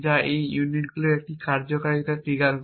যা এই ইউনিটগুলির একটিতে কার্যকারিতা ট্রিগার করে